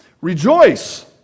Rejoice